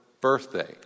birthday